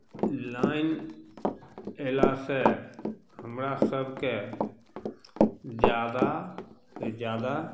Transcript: line अयलासँ हमरा सभके जादाके जादा